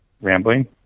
rambling